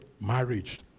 marriage